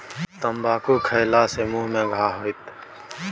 तमाकुल खेला सँ मुँह मे घाह होएत